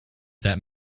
that